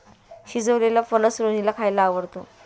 शिजवलेलेला फणस रोहिणीला खायला आवडतो